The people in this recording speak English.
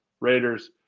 Raiders